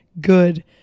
good